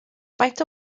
faint